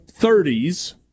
30s